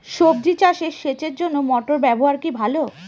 সবজি চাষে সেচের জন্য মোটর ব্যবহার কি ভালো?